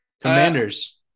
Commanders